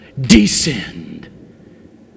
descend